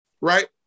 right